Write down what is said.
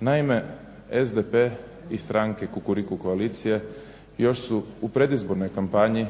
Naime, SDP i stranke kukuriku koalicije još su u predizbornoj kampanji